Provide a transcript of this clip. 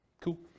Cool